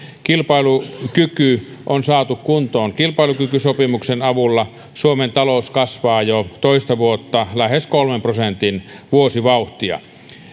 kilpailukyky on saatu kuntoon kilpailukykysopimuksen avulla suomen talous kasvaa jo toista vuotta lähes kolmen prosentin vuosivauhtia